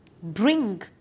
Bring